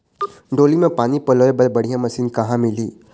डोली म पानी पलोए बर बढ़िया मशीन कहां मिलही?